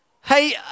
Hey